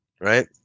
right